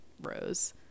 rose